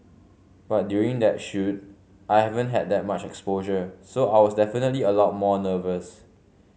but during that shoot I haven't had that much exposure so I was definitely a lot more nervous